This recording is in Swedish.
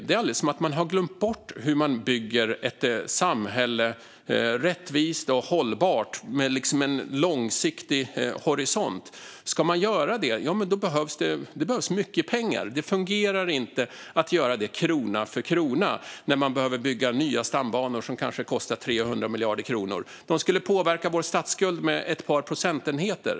Det är som att man har glömt bort hur man bygger ett samhälle rättvist och hållbart med en långsiktig horisont. Om man ska göra det behövs det mycket pengar. Det fungerar inte att krona för krona finansiera bygge av nya stambanor, som kanske kostar 300 miljarder kronor. Ett lån skulle påverka vår statsskuld med ett par procentenheter.